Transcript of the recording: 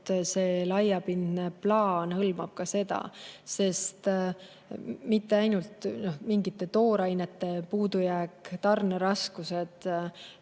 see laiapindne plaan hõlmab ka seda, sest [võimalikud on] mitte ainult mingite toorainete puudujääk, tarneraskused,